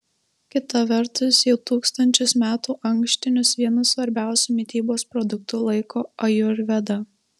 kita vertus jau tūkstančius metų ankštinius vienu svarbiausiu mitybos produktu laiko ajurveda